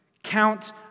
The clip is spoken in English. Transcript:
Count